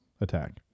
attack